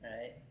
right